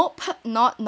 no not not not in a